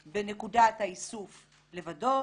הלוואי, אבל אין ספק שהן ישפרו לעומת המצב הנוכחי.